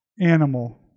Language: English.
Animal